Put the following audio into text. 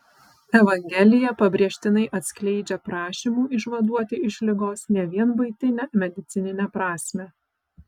evangelija pabrėžtinai atskleidžia prašymų išvaduoti iš ligos ne vien buitinę medicininę prasmę